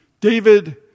David